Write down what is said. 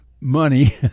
money